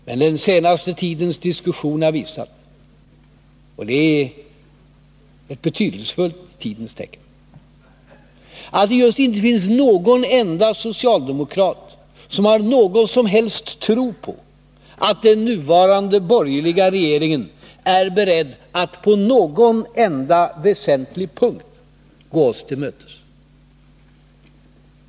Men den senaste tidens diskussion har visat — och det är ett betydelsefullt tidens tecken — att det inte finns någon enda socialdemokrat som har någon som helst tro på att den nuvarande borgerliga regeringen är beredd att på någon enda väsentlig punkt gå oss till mötes.